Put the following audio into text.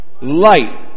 Light